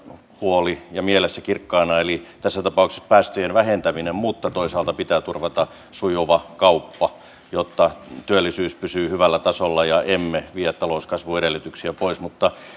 huoli ja pidämme ne mielessä kirkkaana eli tässä tapauksessa päästöjen vähentämisen mutta toisaalta pitää turvata sujuva kauppa jotta työllisyys pysyy hyvällä tasolla ja emme vie talouskasvun edellytyksiä pois